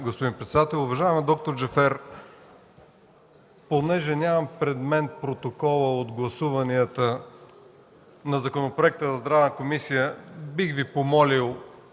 господин председател. Уважаема д-р Джафер, понеже нямам пред мен протокола от гласуванията на законопроекта в Здравната комисия, бих помолил